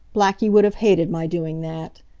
blackie would have hated my doing that.